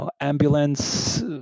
ambulance